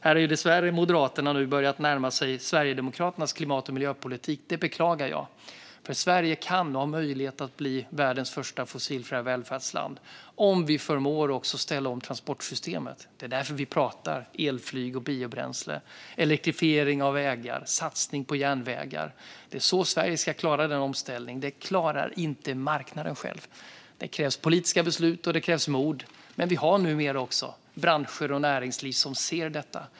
Här har dessvärre Moderaterna nu börjat närma sig Sverigedemokraternas klimat och miljöpolitik. Det beklagar jag, för Sverige kan ha möjlighet att bli världens första fossilfria välfärdsland om vi också förmår ställa om transportsystemet. Det är därför vi pratar elflyg, biobränsle, elektrifiering av vägar och satsningar på järnvägar. Det är så Sverige ska klara denna omställning. Det klarar inte marknaden själv. Det krävs politiska beslut, och det krävs mod. Men vi har numera också branscher och näringsliv som ser detta.